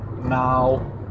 Now